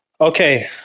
Okay